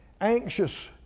anxious